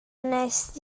wnest